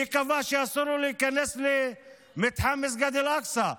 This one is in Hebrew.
מי קבע שאסור לו להיכנס למתחם מסגד אל-אקצא?